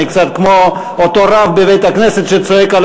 אני קצת כמו אותו רב בבית-הכנסת שצועק על